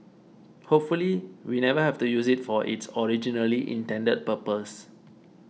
hopefully we never have to use it for its originally intended purpose